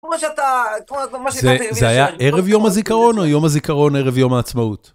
זה היה ערב יום הזיכרון או יום הזיכרון, ערב יום העצמאות?